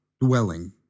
dwelling